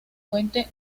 puente